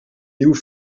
nieuwe